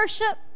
worship